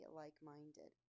like-minded